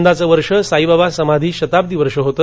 यंदाच वर्ष साईबाबा समाधी शताब्दी वर्ष होत